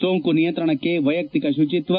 ಸೋಂಕು ನಿಯಂತ್ರಣಕ್ಕೆ ವೈಯಕ್ತಿಕ ಶುಚಿತ್ವ